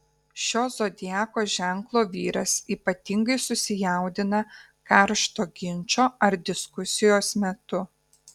šio zodiako ženklo vyras ypatingai susijaudina karšto ginčo ar diskusijos metu